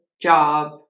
job